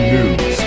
News